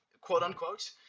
quote-unquote